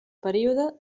període